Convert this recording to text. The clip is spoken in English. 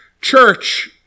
church